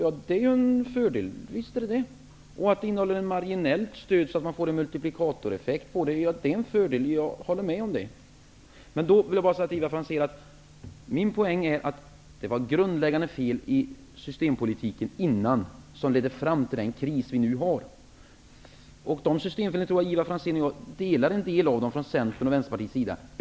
Visst, det är ju en fördel. Att det är en fördel att det innehåller ett marginellt stöd så att det blir en multiplikatoreffekt, håller jag också med om. Men då vill jag bara till Ivar Franzén säga att min poäng är att det var ett grundläggande fel i den tidigare systempolitiken, som ledde fram till den kris vi nu har. En del av uppfattningarna om de systemfelen tror jag att Ivar Franzén och jag delar från Centerns och Vänsterpartiets sida.